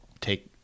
take